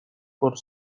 por